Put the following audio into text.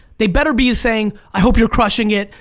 they better be saying i hope you're crushing it,